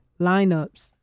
lineups